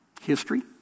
History